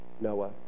Noah